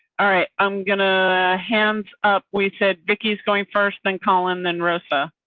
all right i'm going to hand up. we said, vicky's going first thing colin and rosa.